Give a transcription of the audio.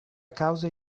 cause